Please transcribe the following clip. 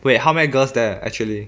wait how many girls there actually